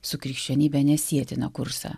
su krikščionybe nesietiną kursą